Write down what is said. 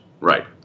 Right